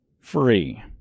Free